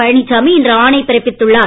பழனிசாமி இன்று ஆணை பிறப்பித்துள்ளார்